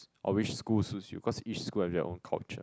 or which school suits you because each school have their own culture